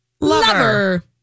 Lover